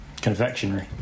confectionery